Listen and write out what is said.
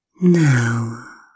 now